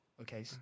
Okay